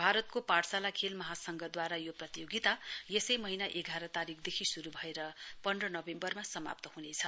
भारतको पाठशाला खेल महासंघद्वारा यो प्रतियोगिता यसै महीना एघार तारीकदेखि श्रू भएर पन्ध नोभेम्वरमा समाप्त ह्नेछ